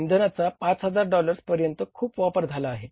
इंधनाचा 5000 डॉलर्स पर्यंत खूप वापर झाला आहे